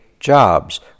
jobs